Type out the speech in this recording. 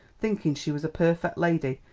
thinkin' she was a perfec' lady,